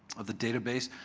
the database.